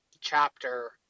chapter